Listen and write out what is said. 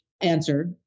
answer